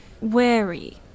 wary